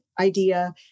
idea